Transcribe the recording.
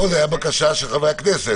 פה זאת היתה בקשה של חברי הכנסת.